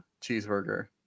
Cheeseburger